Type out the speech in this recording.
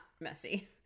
messy